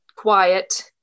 quiet